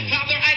Father